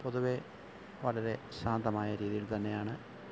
പൊതുവെ വളരെ ശാന്തമായ രീതിയില് തന്നെയാണ്